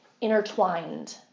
intertwined